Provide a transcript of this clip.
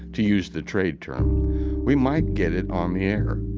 to use the trade term we might get it on the air.